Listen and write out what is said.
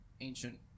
ancient